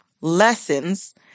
lessons